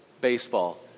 baseball